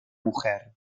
mujer